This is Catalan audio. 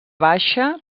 baixa